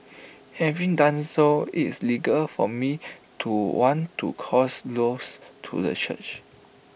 having done so IT is legal for me to want to cause loss to the church